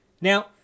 Now